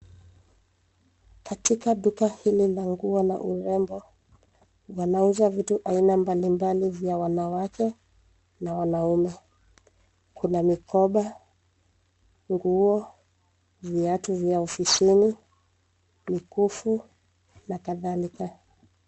Katika duka hili la nguo na urembo, wanauza vitu aina mbalimbali vya wanawake, na wanaume. Kuna mikoba, nguo, viatu vya ofisini, mikufu, na kadhalika.